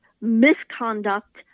misconduct